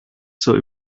zur